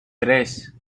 tres